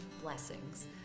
blessings